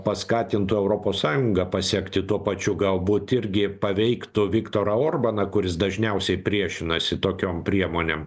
paskatintų europos sąjungą pasekti tuo pačiu galbūt irgi paveiktų viktorą orbaną kuris dažniausiai priešinasi tokiom priemonėm